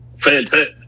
fantastic